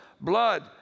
Blood